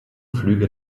flüge